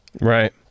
right